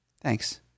thanks